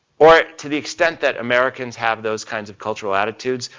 or to the extent that americans have those kinds of cultural attitudes,